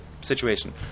situation